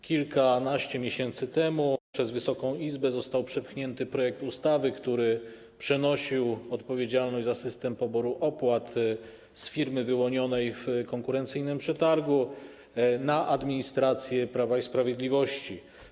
Kilkanaście miesięcy temu przez Wysoką Izbę został przepchnięty projekt ustawy, który przenosił odpowiedzialność za system poboru opłat z firmy wyłonionej w konkurencyjnym przetargu na administrację Prawa i Sprawiedliwości.